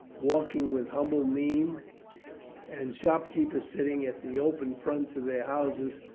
walking with humble mien and shopkeepers sitting at the open fronts of their houses,